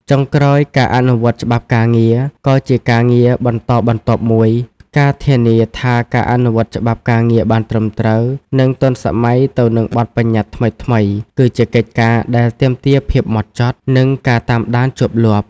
ចុងក្រោយ ការអនុវត្តច្បាប់ការងារ ក៏ជាការងារបន្តបន្ទាប់មួយ ការធានាថាការអនុវត្តច្បាប់ការងារបានត្រឹមត្រូវ និងទាន់សម័យទៅនឹងបទប្បញ្ញត្តិថ្មីៗ គឺជាកិច្ចការដែលទាមទារភាពម៉ត់ចត់ និងការតាមដានជាប់លាប់។